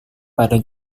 pada